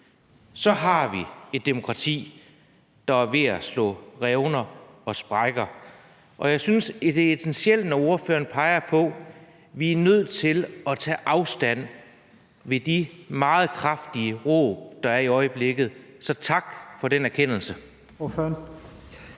Så har vi et demokrati, der er ved at slå revner og sprækker. Jeg synes, at det er essentielt, når ordføreren peger på, at vi er nødt til at tage afstand fra de meget kraftige råb, der er i øjeblikket – så tak for den erkendelse.